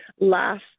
last